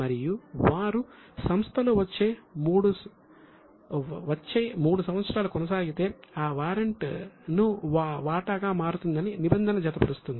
మరియు వారు సంస్థలో వచ్చే 3 సంవత్సరాలు కొనసాగితే ఆ వారెంట్ను వాటాగా మారుతుందని నిబంధన జత పరుస్తుంది